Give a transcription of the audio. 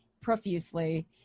profusely